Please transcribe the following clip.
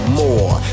more